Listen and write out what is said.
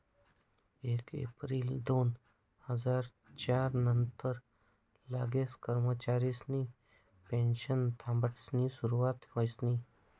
येक येप्रिल दोन हजार च्यार नंतर लागेल कर्मचारिसनी पेनशन थांबाडानी सुरुवात व्हयनी